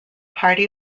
party